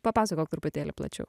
papasakok truputėlį plačiau